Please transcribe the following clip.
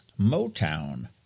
Motown